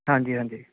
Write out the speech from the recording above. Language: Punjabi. ਹਾਂਜੀ ਹਾਂਜੀ